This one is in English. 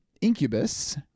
Incubus